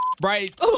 Bright